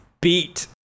beat